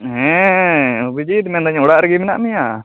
ᱦᱮᱸ ᱚᱵᱷᱤᱡᱤᱛ ᱢᱮᱱᱮᱫᱟᱹᱧ ᱚᱲᱟᱜ ᱨᱮᱜᱮ ᱢᱮᱱᱟᱜ ᱢᱮᱭᱟ